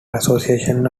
association